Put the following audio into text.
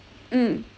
mm